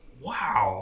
Wow